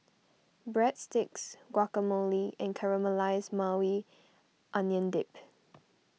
Breadsticks Guacamole and Caramelized Maui Onion Dip